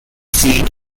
seat